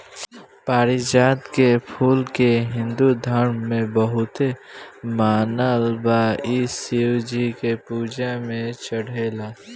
पारिजात के फूल के हिंदू धर्म में बहुते मानल बा इ शिव जी के पूजा में चढ़ेला